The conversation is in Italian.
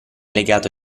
legato